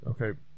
Okay